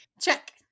Check